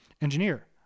Engineer